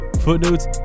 Footnotes